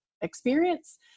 experience